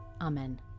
amen